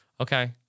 okay